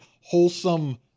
wholesome